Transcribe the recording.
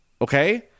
Okay